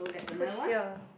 push here